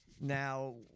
Now